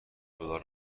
دلار